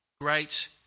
great